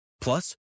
Plus